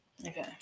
Okay